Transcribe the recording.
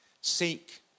Seek